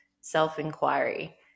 self-inquiry